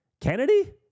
Kennedy